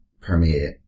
permeate